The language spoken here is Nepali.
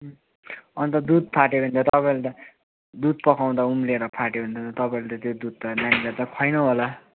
अन्त दुध फाट्यो भने त तपाईँले त दुध पकाउँदा उम्लेर फाट्यो भने त तपाईँले त त्यो दुध त नानीलाई त खुवाएन होला